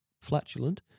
flatulent